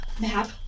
Map